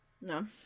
No